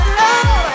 love